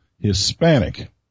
Hispanic